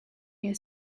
here